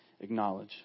acknowledge